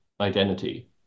identity